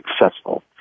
successful